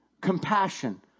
compassion